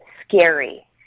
scary